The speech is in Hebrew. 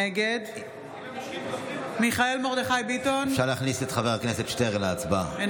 נגד אפשר להכניס את חבר הכנסת שטרן להצבעה.